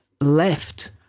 left